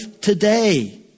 today